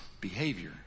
behavior